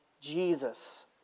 Jesus